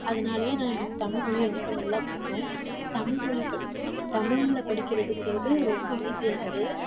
அதனாலேயே நான் எனக்கு தமிழ் மொழியை ரொம்ப நல்லா பிடிக்கும் தமிழ் மொழியை தமிழில் படிக்கிறதுங்கிறது ரொம்ப ஈஸியானது